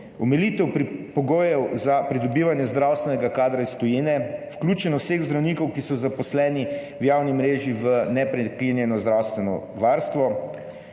omilitev pogojev za pridobivanje zdravstvenega kadra iz tujine, vključenost vseh zdravnikov, ki so zaposleni v javni mreži v neprekinjeno zdravstveno varstvo,